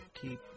Keep